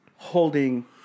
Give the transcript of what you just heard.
holding